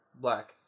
black